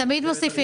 תירוש ותעשיון